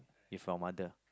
with your mother